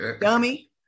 Dummy